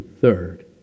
Third